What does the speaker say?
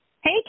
Hey